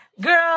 girl